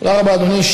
תודה רבה, אדוני.